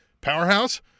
Powerhouse